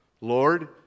Lord